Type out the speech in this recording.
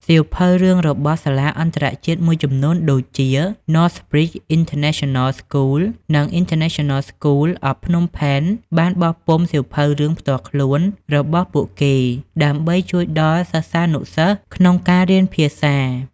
សៀវភៅរឿងរបស់ សាលាអន្តរជាតិ មួយចំនួនដូចជា Northbridge International School និង International School of Phnom Penh បានបោះពុម្ពសៀវភៅរឿងផ្ទាល់ខ្លួនរបស់ពួកគេ ដើម្បីជួយដល់សិស្សានុសិស្សក្នុងការរៀនភាសា។